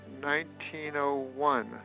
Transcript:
1901